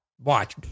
Watch